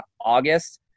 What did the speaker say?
August